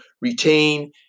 retain